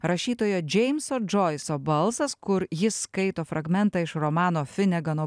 rašytojo džeimso džoiso balsas kur jis skaito fragmentą iš romano finegano